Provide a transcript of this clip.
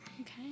okay